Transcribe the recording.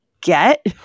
get